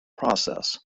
process